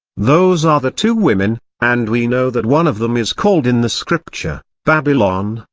those are the two women, and we know that one of them is called in the scripture, babylon,